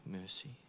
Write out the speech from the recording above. mercy